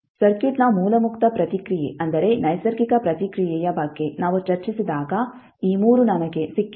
ಸರ್ಕ್ಯೂಟ್ನ ಮೂಲ ಮುಕ್ತ ಪ್ರತಿಕ್ರಿಯೆ ಅಂದರೆ ನೈಸರ್ಗಿಕ ಪ್ರತಿಕ್ರಿಯೆಯ ಬಗ್ಗೆ ನಾವು ಚರ್ಚಿಸಿದಾಗ ಈ 3 ನಮಗೆ ಸಿಕ್ಕಿದೆ